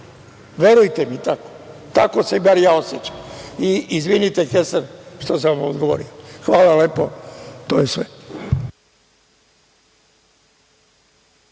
Verujte mi, tako se bar ja osećam. Izvinite, Kesar, što sam vam odgovorio. Hvala vam. To je sve.